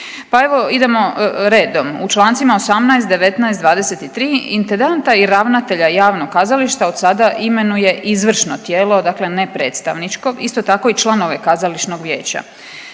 Pa evo idemo redom. U Člancima 18., 19., 23. intendanta i ravnatelja javnog kazališta od sada imenuje izvršno tijelo dakle ne predstavničko isto tako i članove kazališnog vijeća.